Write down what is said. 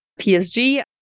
PSG